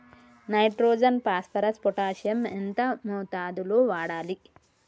Nitrogen phosphorus potassium ఎంత మోతాదు లో వాడాలి?